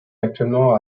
actuellement